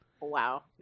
wow